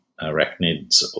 arachnids